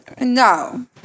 No